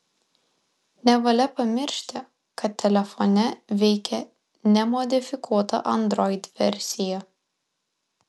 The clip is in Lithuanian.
nevalia pamiršti kad telefone veikia nemodifikuota android versija